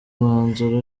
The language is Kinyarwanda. mwanzuro